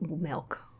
milk